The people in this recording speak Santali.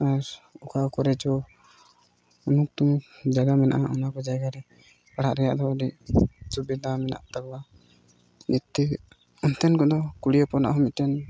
ᱟᱨ ᱚᱠᱟ ᱠᱚᱨᱮ ᱪᱚ ᱩᱢᱩᱠᱼᱛᱩᱢᱩᱠ ᱡᱟᱭᱜᱟ ᱢᱮᱱᱟᱜᱼᱟ ᱚᱱᱟ ᱠᱚ ᱡᱟᱭᱜᱟ ᱨᱮ ᱯᱟᱲᱦᱟᱜ ᱨᱮᱭᱟᱜ ᱫᱚ ᱟᱹᱰᱤ ᱥᱩᱵᱤᱫᱷᱟ ᱢᱮᱱᱟᱜ ᱛᱟᱵᱚᱱᱟ ᱮᱱᱛᱮᱫ ᱚᱱᱛᱮᱱ ᱠᱚᱫᱚ ᱠᱩᱲᱤ ᱦᱚᱯᱚᱱᱟᱜ ᱦᱚᱸ ᱢᱤᱫᱴᱮᱱ